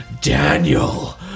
Daniel